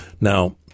Now